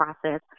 process